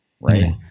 right